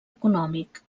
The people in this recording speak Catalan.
econòmic